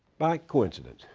by coincidence,